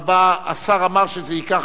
15 בעד, אין מתנגדים,